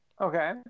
Okay